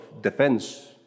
defense